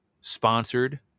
Sponsored